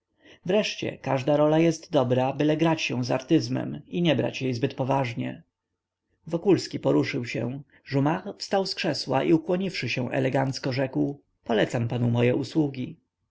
wreszcie każda rola jest dobra byle grać ją z artyzmem i nie brać jej zbyt poważnie wokulski poruszył się jumart wstał z krzesła i ukłoniwszy się elegancko rzekł polecam panu moje usługi